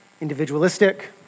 individualistic